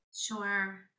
Sure